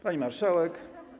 Pani Marszałek!